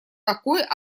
такой